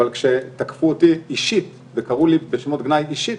אבל כשתקפו אותי אישית וקראו לי בשמות גנאי אישית,